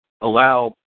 allow